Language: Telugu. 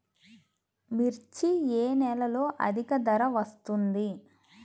మిర్చి ఏ నెలలో అధిక ధర వస్తుంది?